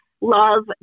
love